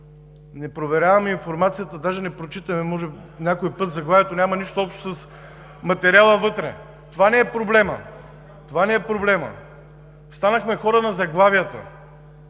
Не проверяваме информацията, а даже не прочитаме някой път заглавието, което пък няма нищо общо с материала вътре. Това ли е проблемът? Станахме хора на заглавията.